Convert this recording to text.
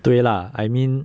对 lah I mean